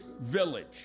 village